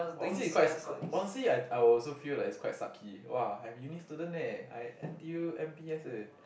honestly it quite honestly I I would also feel like it's quite sucky !wah! I'm uni student leh I N_T_U N_B_S